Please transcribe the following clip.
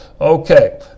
Okay